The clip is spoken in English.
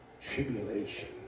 tribulation